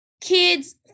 kids